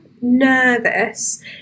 nervous